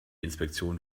inspektion